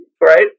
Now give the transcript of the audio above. Right